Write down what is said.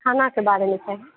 खानाके बारेमे चाही